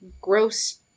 gross